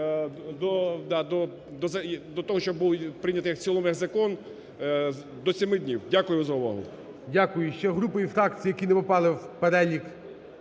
до того, щоб був прийнятий в цілому як закон до 7 днів. Дякую за увагу. ГОЛОВУЮЧИЙ. Дякую. Ще групою фракцій, які не попали в перелік